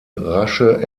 rasche